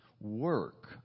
Work